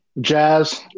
Jazz